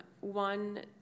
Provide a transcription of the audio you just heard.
One